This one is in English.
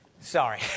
Sorry